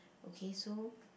okay so